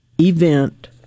Event